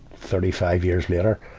thirty five years later,